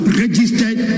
registered